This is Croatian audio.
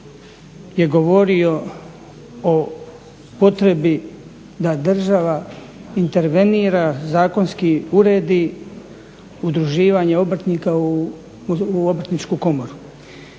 je govorio o potrebi da država intervenira, zakonski uredi udruživanje obrtnika u obrtničku komoru